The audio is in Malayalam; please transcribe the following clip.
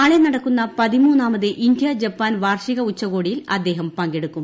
നാളെ നടക്കുന്ന പതിമൂന്നാമത് ഇന്ത്യ ജപ്പാൻ വാർഷിക ഉച്ചകോടിയിൽ അദ്ദേഹം പങ്കെടുക്കും